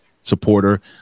supporter